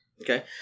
Okay